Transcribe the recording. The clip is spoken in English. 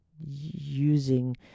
using